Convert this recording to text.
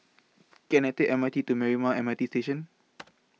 Can I Take M R T to Marymount M R T Station